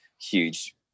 huge